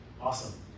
Awesome